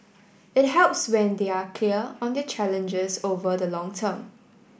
it helps when they are clear on their challenges over the long term